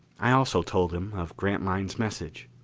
i also told him of grantline's message.